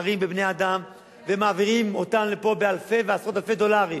שסוחרים בבני-אדם ומעבירים אותם לפה באלפי ובעשרות אלפי דולרים,